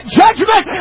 judgment